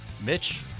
Mitch